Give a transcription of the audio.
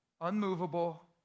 Unmovable